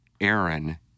Aaron